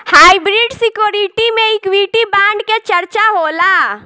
hybrid security में equity bond के चर्चा होला